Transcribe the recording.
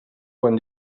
quan